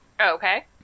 Okay